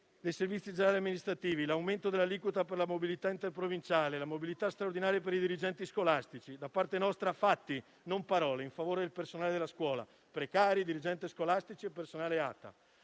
dei servizi generali amministrativi, l'aumento dell'aliquota per la mobilità interprovinciale, la mobilità straordinaria per i dirigenti scolastici. Da parte nostra, ci sono fatti e non parole in favore del personale della scuola (precari, dirigenti scolastici e personale ATA).